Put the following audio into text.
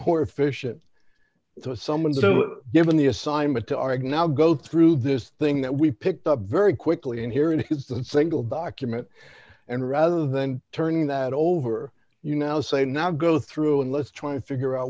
more efficient to someone so that even the assignment to argue now go through this thing that we picked up very quickly in here in houston single document and rather than turning that over you now say now go through and let's try and figure out